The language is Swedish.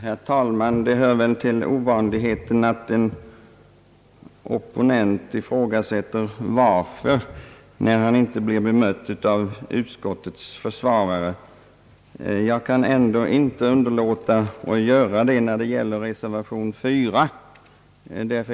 Herr talman! Det hör väl till ovanligheten att en opponent undrar varför han inte har blivit bemött av utskottets försvarare. Jag kan ändå inte underlåta att göra det när det gäller reservation 4.